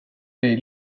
dig